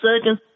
seconds